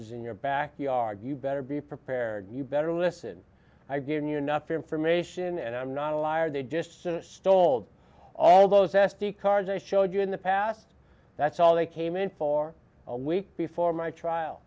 is in your backyard you better be prepared you better listen i've given you enough information and i'm not a liar they just stole all those s d cards i showed you in the past that's all they came in for a week before my trial